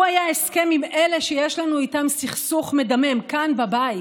הוא היה הסכם עם אלה שיש לנו איתם סכסוך מדמם כאן בבית,